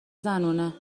زنونه